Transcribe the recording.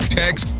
text